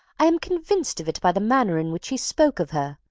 i am convinced of it by the manner in which he spoke of her.